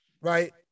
right